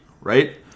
right